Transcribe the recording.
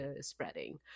spreading